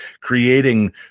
creating